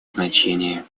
значение